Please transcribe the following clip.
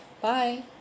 Bye